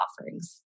offerings